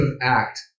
act